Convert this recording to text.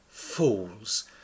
fools